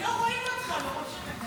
לא רואים אותך מרוב שאתה קטן.